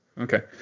okay